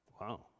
Wow